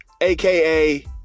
aka